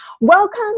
Welcome